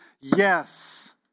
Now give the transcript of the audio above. yes